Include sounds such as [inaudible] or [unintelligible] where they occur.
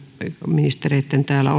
ministereitten täällä [unintelligible]